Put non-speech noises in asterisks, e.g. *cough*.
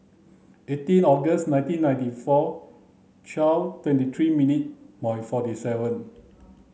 eighteen August nineteen ninety four twelve twenty three minute *unintelligible* forty seven